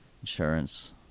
insurance